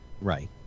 Right